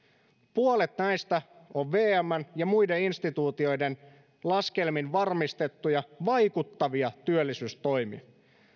puolet näistä on vmn ja muiden instituutioiden laskelmin varmistettuja vaikuttavia työllisyystoimia